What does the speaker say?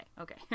okay